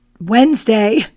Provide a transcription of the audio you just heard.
Wednesday